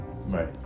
Right